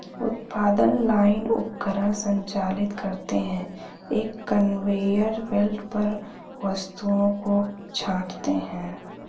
उत्पादन लाइन उपकरण संचालित करते हैं, एक कन्वेयर बेल्ट पर वस्तुओं को छांटते हैं